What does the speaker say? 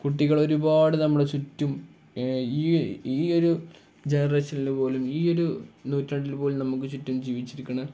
കുട്ടികൾ ഒരുപാട് നമ്മളുടെ ചുറ്റും ഈ ഈ ഒരു ജനറേഷനിൽ പോലും ഈ ഒരു നൂറ്റാണ്ടിൽ പോലും നമുക്ക് ചുറ്റും ജീവിച്ചിരിക്കുന്ന